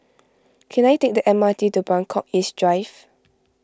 can I take the M R T to Buangkok East Drive